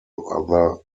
other